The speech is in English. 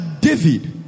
David